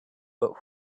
but